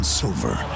silver